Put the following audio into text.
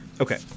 Okay